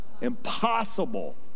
impossible